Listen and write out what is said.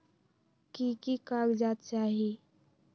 की की कागज़ात चाही?